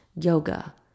yoga